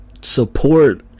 support